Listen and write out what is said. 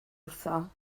wrtho